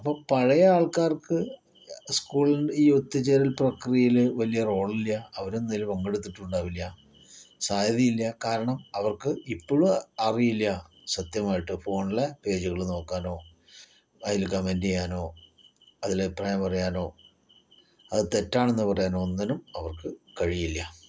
അപ്പൊൾ പഴയ ആൾക്കാർക്ക് സ്കൂളിൽ ഈ ഒത്തുചേരൽ പ്രക്രിയയിൽ വലിയ റോളില്ല അവരൊന്നിലും പങ്കെടുത്തിട്ടും ഉണ്ടാവില്ല സാധ്യതയില്ല കാരണം അവർക്ക് ഇപ്പോഴും അറിയില്ല്യ സത്യമായിട്ടും ഫോണിലെ പേജുകള് നോക്കാനോ അതില് കമൻറ് ചെയ്യാനോ അതില് അഭിപ്രായം പറയാനോ അത് തെറ്റാണെന്ന് പറയാനോ ഒന്നിനും അവർക്ക് കഴിയില്ല